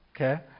okay